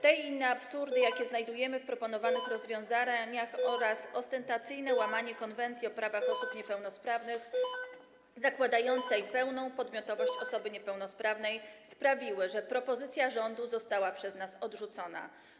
Te i inne oferty absurdy, jakie znajdujemy w proponowanych rozwiązaniach, oraz ostentacyjne łamanie Konwencji o prawach osób niepełnosprawnych zakładającej pełną podmiotowość osoby niepełnosprawnej sprawiły, że propozycja rządu została przez nas odrzucona.